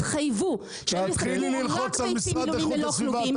התחייבו שהם קונים רק מלולים ללא כלובים;